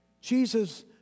Jesus